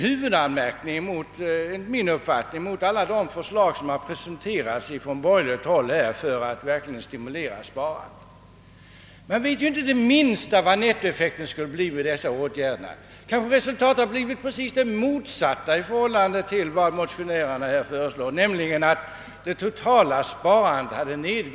Huvudanmärkningen mot alla de förslag som presenterats från borgerligt håll för att stimulera sparandet är just denna, att de inte ökar nettosparandet. Man vet inte något om nettoeffekten med de föreslagna åtgärderna. Resultatet kanske skulle bli det rakt motsatta mot vad motionärerna tänkt sig, nämligen att det totala sparandet går ned.